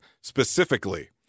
specifically